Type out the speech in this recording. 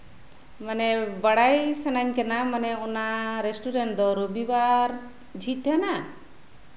ᱢᱟᱱᱮ ᱵᱟᱲᱟᱭ ᱥᱟᱱᱟᱧ ᱠᱟᱱᱟ ᱚᱱᱟ ᱨᱮᱥᱴᱨᱮᱱᱴ ᱫᱚ ᱨᱚᱵᱤᱵᱟᱨ ᱡᱷᱤᱡ ᱛᱟᱸᱦᱮᱱᱟ